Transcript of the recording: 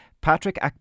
Patrick